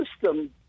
system